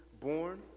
born